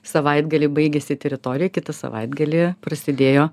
savaitgalį baigėsi teritorijoj kitą savaitgalį prasidėjo